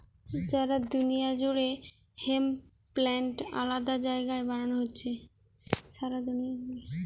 সারা দুনিয়া জুড়ে hemp plant আলাদা জায়গায় বানানো হতিছে